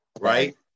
Right